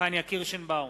פניה קירשנבאום,